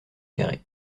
carrés